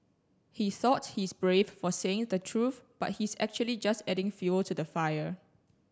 he thought he's brave for saying the truth but he's actually just adding fuel to the fire